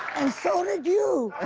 and so did you!